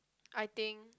I think